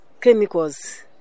chemicals